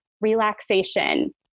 Relaxation